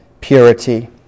purity